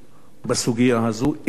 בסוגיה הזאת אצלנו.